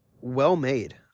well-made